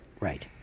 Right